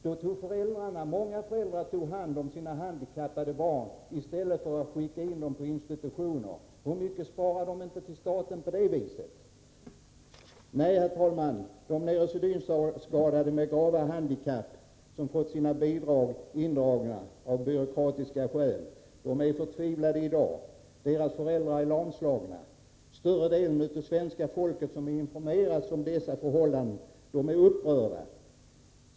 Många föräldrar tog då hand om sina handikappade barn i stället för att skicka in dem på institutioner. Hur mycket sparade inte staten på det viset? Nej, herr talman, de neurosedynskadade med grava handikapp som fått sina bidrag indragna av byråkratiska skäl är i dag förtvivlade. Deras föräldrar är lamslagna. De flesta av de svenskar som informerats om detta förhållande är upprörda.